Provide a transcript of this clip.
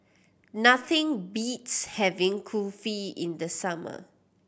nothing beats having Kulfi in the summer